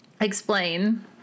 Explain